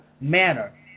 manner